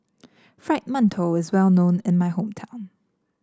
Fried Mantou is well known in my hometown